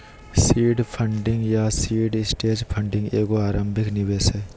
seed funding या seed stage funding एगो आरंभिक निवेश हइ